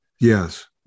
Yes